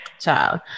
child